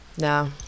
no